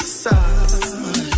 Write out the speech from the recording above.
side